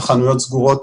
החנויות סגורות,